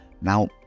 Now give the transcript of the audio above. Now